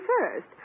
first